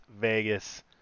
vegas